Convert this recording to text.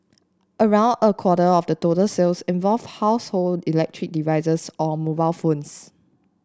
around a quarter of the total sales involved household electric devices or mobile phones